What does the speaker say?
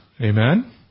Amen